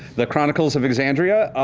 the chronicles of exandria.